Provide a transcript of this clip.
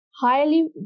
highly